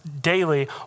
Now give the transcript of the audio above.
daily